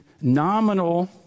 nominal